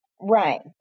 Right